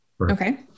Okay